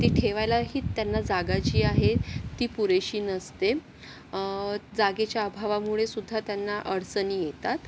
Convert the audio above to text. ती ठेवायलाही त्यांना जागा जी आहे ती पुरेशी नसते जागेच्या अभावामुळे सुद्धा त्यांना अडचणी येतात